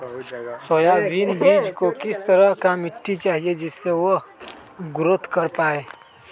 Soybean बीज को किस तरह का मिट्टी चाहिए जिससे वह ग्रोथ कर पाए?